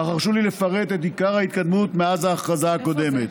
אך הרשו לי לפרט את עיקר ההתקדמות מאז ההכרזה הקודמת.